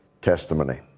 testimony